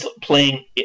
playing